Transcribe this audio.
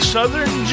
Southern